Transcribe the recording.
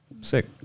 sick